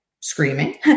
screaming